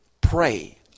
pray